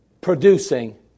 producing